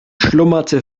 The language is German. schlummerte